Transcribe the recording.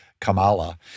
Kamala